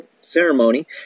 ceremony